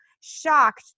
shocked